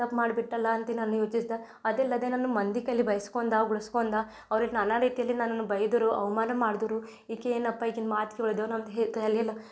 ತಪ್ಪು ಮಾಡಿ ಬಿಟ್ಟೆನಲ್ಲ ಅಂತ ನಾನು ಯೋಚಿಸ್ದೆ ಅದಲ್ಲದೆ ನಾನು ಮಂದಿ ಕೈಲಿ ಬೈಸ್ಕೊಂದೆ ಉಗುಳ್ಸ್ಕೊಂದೆ ಅವ್ರಿಗೆ ನಾನಾ ರೀತಿಯಲ್ಲಿ ನನ್ನನ್ನ ಬೈದರು ಅವಮಾನ ಮಾಡಿದ್ರು ಈಕೆ ಏನಪ್ಪ ಈಕಿಯ ಮಾತು ಕೇಳ್ದೇವ್